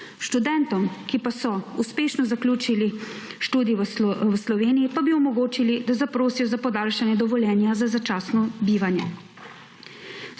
študentom ki pa so uspešno zaključili študij v Sloveniji, pa bi omogočili, da zaprosijo za podaljšanje dovoljenja za začasno bivanje.